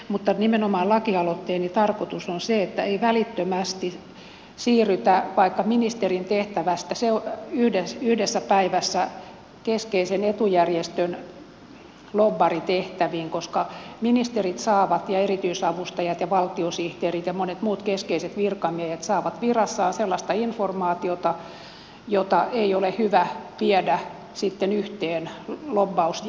mutta lakialoitteeni tarkoitus on nimenomaan se että ei välittömästi siirrytä vaikka ministerin tehtävästä yhdessä päivässä keskeisen etujärjestön lobbarin tehtäviin koska ministerit saavat ja erityisavustajat ja valtiosihteerit ja monet muut keskeiset virkamiehet saavat virassaan sellaista informaatiota jota ei ole hyvä viedä sitten yhteen lobbausjärjestöön